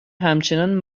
همچنان